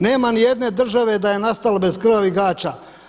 Nema ni jedne države da je nastala bez krvavih gaća.